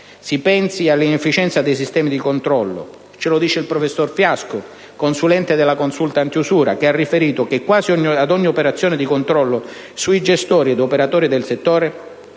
Si pensi alle inefficienze dei sistemi di controllo. Il professor Fiasco, consulente della Consulta antiusura, ha riferito che quasi ad ogni operazione di controllo sui gestori ed operatori del settore